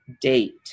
date